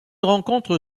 rencontre